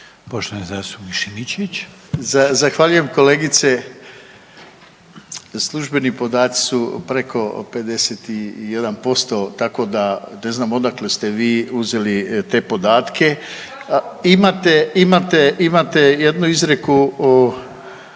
Rade (HDZ)** Zahvaljujem kolegice, službeni podaci su preko 51%, tako da ne znam odakle ste vi uzeli te podatke. Imate, imate,